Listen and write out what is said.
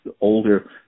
older